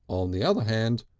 on the other hand,